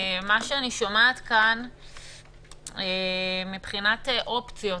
אני שומעת כאן מבחינת אופציות,